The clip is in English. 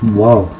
Wow